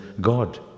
God